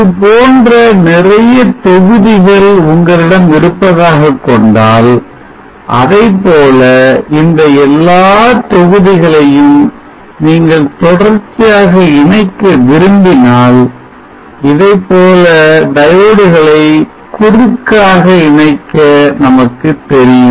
இதுபோன்ற நிறைய தொகுதிகள் உங்களிடம் இருப்பதாகக் கொண்டால் அதைப்போல இந்த எல்லா தொகுதிகளையும் நீங்கள் தொடர்ச்சியாக இணைக்க விரும்பினால் இதைப்போல diodes களை குறுக்காக இணைக்க நமக்குத் தெரியும்